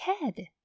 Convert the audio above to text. Head